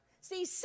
See